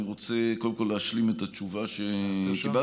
אני רוצה קודם כול להשלים את התשובה שקיבלתי,